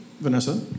Vanessa